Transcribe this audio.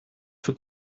for